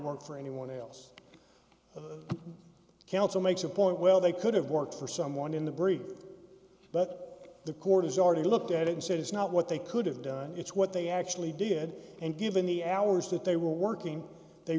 work for anyone else the council makes a point well they could have worked for someone in the breed but the court has already looked at it and said it's not what they could have done it's what they actually did and given the hours that they were working they